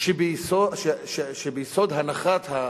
ביום גשום, בכביש 60 מערבית לצומת אדם,